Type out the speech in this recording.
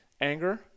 anger